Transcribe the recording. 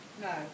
No